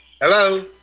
Hello